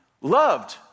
loved